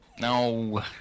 No